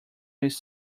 his